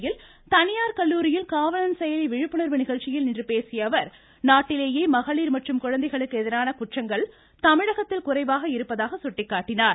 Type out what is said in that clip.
சென்னையில் தனியார் கல்லூரியில் காவலன் செயலி விழிப்புணர்வு நிகழ்ச்சியில் இன்று பேசிய அவர் நாட்டிலேயே மகளிர் மற்றும் குழந்தைகளுக்கு எதிரான குற்றங்கள் தமிழகத்தில் குறைவாக இருப்பதாக சுட்டிக்காட்டினார்